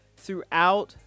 Throughout